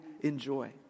enjoy